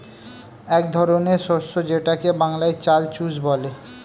এক ধরনের শস্য যেটাকে বাংলায় চাল চুষ বলে